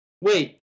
wait